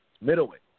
Middleweight